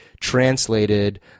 translated